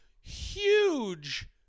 huge